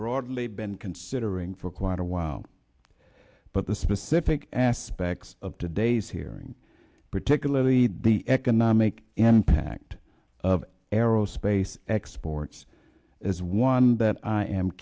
broadly been considering for quite a while but the specific aspects of today's hearing particularly the economic impact of aerospace exports is one that i am